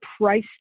price